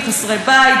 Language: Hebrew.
בחסרי בית,